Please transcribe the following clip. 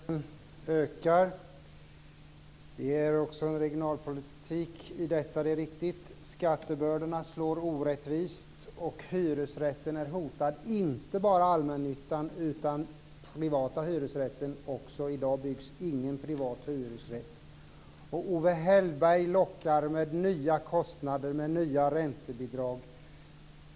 Fru talman! Obalanserna på bostadsmarknaden ökar. Det är också en regionalpolitik i detta. Det är riktigt. Skattebördorna slår orättvist, och hyresrätten är hotad. Det gäller inte bara allmännyttan, utan också den privata hyresrätten. I dag byggs ingen privat hyresrätt. Owe Hellberg lockar med nya kostnader och nya räntebidrag.